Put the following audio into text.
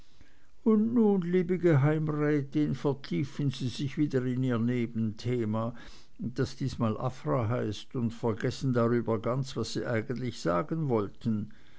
und nun liebe geheimrätin vertiefen sie sich wieder in ihr nebenthema das diesmal afra heißt und vergessen darüber ganz was sie eigentlich sagen wollten